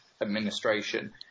administration